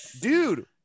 dude